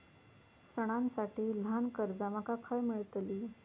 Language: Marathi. सणांसाठी ल्हान कर्जा माका खय मेळतली?